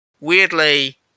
weirdly